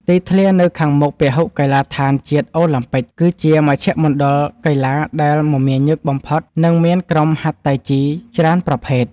ទីធ្លានៅខាងមុខពហុកីឡដ្ឋានជាតិអូឡាំពិក គឺជាមជ្ឈមណ្ឌលកីឡាដែលមមាញឹកបំផុត និងមានក្រុមហាត់តៃជីច្រើនប្រភេទ។